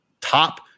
top